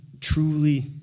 truly